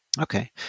Okay